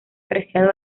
preciado